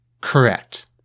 Correct